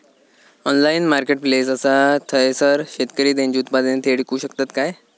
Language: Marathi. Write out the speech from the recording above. ऑनलाइन मार्केटप्लेस असा थयसर शेतकरी त्यांची उत्पादने थेट इकू शकतत काय?